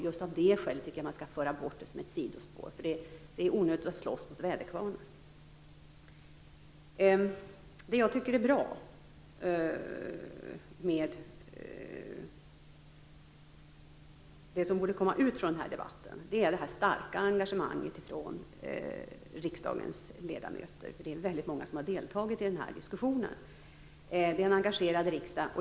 Just av det skälet tycker jag att man skall föra bort dem som ett sidospår. Det är onödigt att slåss mot väderkvarnar. Det jag tycker är bra och det som borde komma ut från denna debatt är det starka engagemanget från riksdagens ledamöter. Det är väldigt många som har deltagit i denna diskussion. Det är en engagerad riksdag.